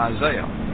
Isaiah